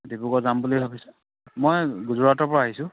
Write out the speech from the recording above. ডিব্ৰুগড় যাম বুলি ভাবিছোঁ মই যোৰহাটৰ পৰা আহিছোঁ